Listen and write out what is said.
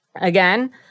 again